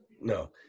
No